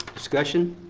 discussion?